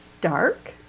dark